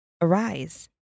Arise